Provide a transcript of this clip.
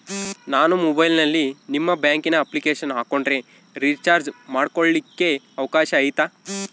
ನಾನು ಮೊಬೈಲಿನಲ್ಲಿ ನಿಮ್ಮ ಬ್ಯಾಂಕಿನ ಅಪ್ಲಿಕೇಶನ್ ಹಾಕೊಂಡ್ರೆ ರೇಚಾರ್ಜ್ ಮಾಡ್ಕೊಳಿಕ್ಕೇ ಅವಕಾಶ ಐತಾ?